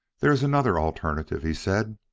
there is another alternative, he said.